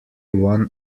one